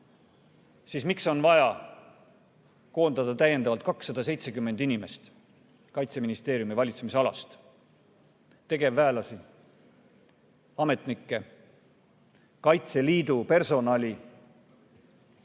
siis miks on vaja koondada täiendavalt 270 inimest Kaitseministeeriumi valitsemisalast, tegevväelasi, ametnikke, Kaitseliidu personali.